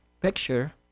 Picture